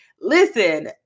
Listen